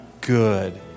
good